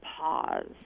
pause